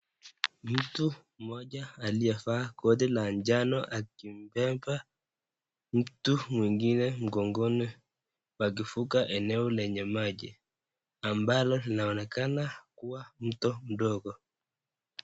Mtu mmoja aliyevaa koti la njano akimbeba mtu mwingine mgogoni wakivuka eneo lenye maji ambalo linaonekana kuwa mto mdogo.